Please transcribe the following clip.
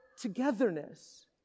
togetherness